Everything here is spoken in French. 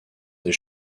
des